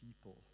people